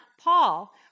Paul